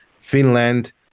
finland